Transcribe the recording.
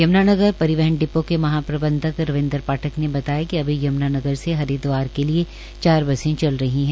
यम्नानगर परिवहन डिपों के महाप्रबंधक रवीन्द्र पाठक ने बताया कि अभी यमुनानगर से हरिदवार के लिए चार बसे चल रही है